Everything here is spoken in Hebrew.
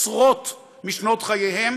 עשרות משנות חייהם